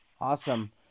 Awesome